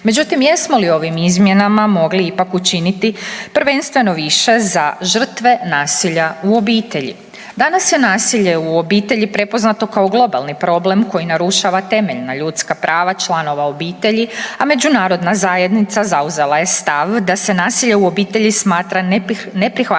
Međutim, jesmo li ovim izmjenama mogli ipak učiniti prvenstveno više za žrtve nasilja u obitelji? Danas je nasilje u obitelji prepoznato kao globalni problem koji narušava temeljna ljudska prava članova obitelji, a međunarodna zajednica zauzela je stav da se nasilje u obitelji smatra neprihvatljivim